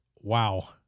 wow